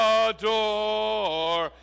adore